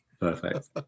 Perfect